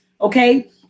okay